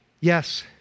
yes